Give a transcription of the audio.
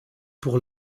pour